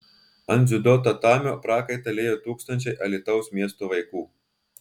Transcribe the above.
ant dziudo tatamio prakaitą liejo tūkstančiai alytaus miesto vaikų